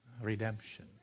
redemption